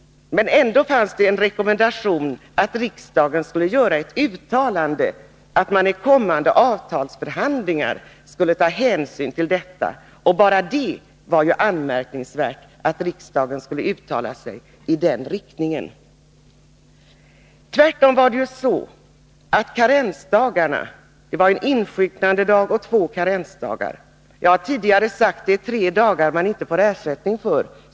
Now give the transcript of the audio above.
Ändå fanns det en rekommendation att riksdagen skulle göra ett uttalande, att man i kommande avtalsförhandlingar skulle ta hänsyn till detta. Bara det att riksdagen skulle uttala sig i den riktningen var anmärkningsvärt. Jag har tidigare sagt att det är tre dagar som man inte får ersättning för.